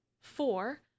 Four